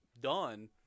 done